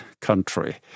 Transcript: country